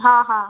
हां हां